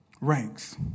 ranks